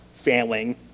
failing